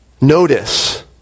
Notice